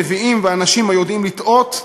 נביאים ואנשים היודעים לטעות,